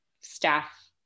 staff